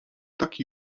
taki